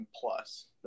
plus